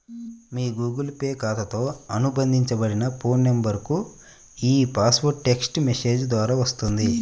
మీ Google Pay ఖాతాతో అనుబంధించబడిన phone నంబర్కు ఈ పాస్వర్డ్ టెక్ట్స్ మెసేజ్ ద్వారా వస్తుంది